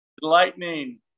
lightning